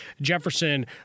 Jefferson